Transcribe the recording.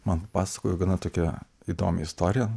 man pasakojo gana tokią įdomią istoriją